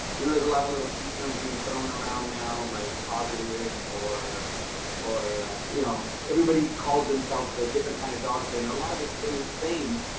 you know, there's a lot of little key turns being thrown around now, like positive or or you know everybody calls themselves a different kind of dog trainer. a lot of it's really the same.